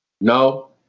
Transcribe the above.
No